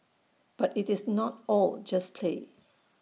but IT is not all just play